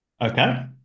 Okay